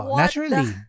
naturally